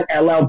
LL